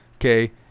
okay